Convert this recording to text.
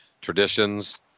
traditions